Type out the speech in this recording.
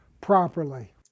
properly